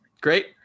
great